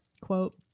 quote